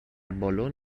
بالن